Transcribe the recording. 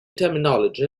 terminology